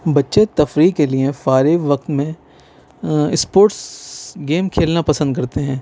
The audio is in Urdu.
بچے تفریح کے لیے فارغ وقت میں اسپورٹس گیم کھیلنا پسند کرتے ہیں